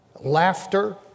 laughter